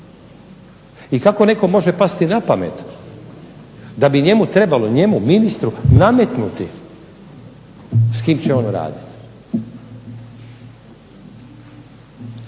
i kako treba nekome pasti napamet da bi njemu trebalo ministru nametnuti s kim će on raditi.